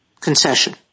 concession